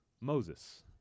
Moses